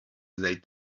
that